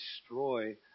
destroy